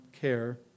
care